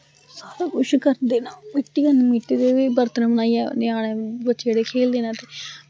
सब कुछ करदे न मिट्टी कन्नै मिट्टी दे बी बर्तन बनाइयै ञ्याने बथ्हेरे खेलदे न ते